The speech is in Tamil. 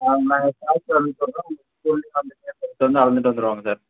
ஆ நாங்கள் ஸ்டாஃப்ஸ் அமுச்சு விட்றோம் ஸ்கூலுக்கு வந்து அளந்துட்டு வந்துருவாங்கள் சார்